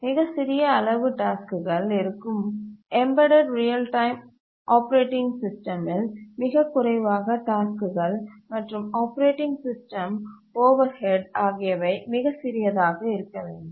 மிகச் சிறிய அளவு டாஸ்க்குகள் இருக்கும் எம்பெடட் ரியல் டைம் ஆப்பரேட்டிங் சிஸ்டமில் மிகக் குறைவான டாஸ்க்குகள் மற்றும் ஆப்பரேட்டிங் சிஸ்டம் ஓவர்ஹெட் ஆகியவை மிகச் சிறியதாக இருக்க வேண்டும்